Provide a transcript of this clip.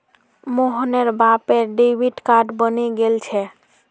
मोहनेर बापेर debit card बने गेल छे